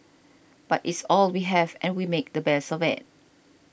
but it's all we have and we make the best of it